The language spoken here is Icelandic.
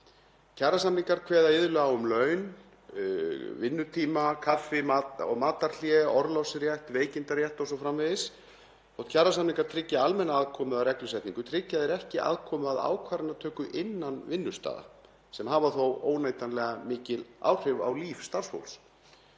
Kjarasamningar kveða iðulega á um laun, vinnutíma, kaffi- og matarhlé, orlofsrétt, veikindarétt o.s.frv. Þótt kjarasamningar tryggi almenna aðkomu að reglusetningu tryggja þeir ekki aðkomu að ákvarðanatöku innan vinnustaða, sem hafa þó óneitanlega mikil áhrif á líf starfsfólks.